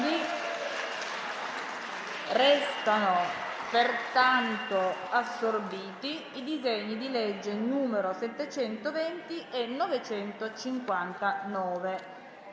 Risultano pertanto assorbiti i disegni di legge nn. 720 e 959.